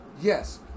yes